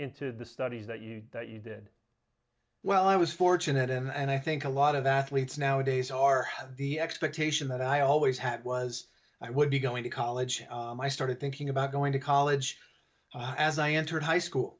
into the studies that you that you did well i was fortunate and i think a lot of athletes nowadays are the expectation that i always had was i would be going to college i started thinking about going to college as i entered high school